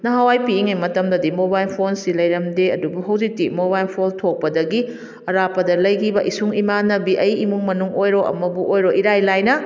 ꯅꯍꯥꯟꯋꯥꯏ ꯄꯤꯛꯏꯉꯩ ꯃꯇꯝꯗꯗꯤ ꯃꯣꯕꯥꯏꯜ ꯐꯣꯟꯁꯤ ꯂꯩꯔꯝꯗꯦ ꯑꯗꯨꯕꯨ ꯍꯧꯖꯤꯛꯇꯤ ꯃꯣꯕꯥꯏꯜ ꯐꯣꯟ ꯊꯣꯛꯄꯗꯒꯤ ꯑꯔꯥꯞꯄꯗ ꯂꯩꯈꯤꯕ ꯏꯁꯨꯡ ꯏꯃꯥꯟꯅꯕꯤ ꯑꯩ ꯏꯃꯨꯡ ꯃꯅꯨꯡ ꯑꯣꯏꯔꯣ ꯑꯃꯕꯨ ꯑꯣꯏꯔꯣ ꯏꯔꯥꯏ ꯂꯥꯏꯅ